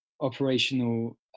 operational